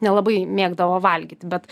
nelabai mėgdavo valgyt bet